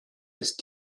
ist